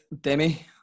Demi